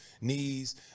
knees